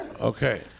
Okay